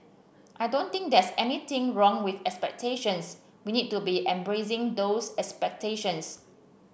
I don't think there's anything wrong with expectations we need to be embracing those expectations